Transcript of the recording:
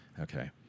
Okay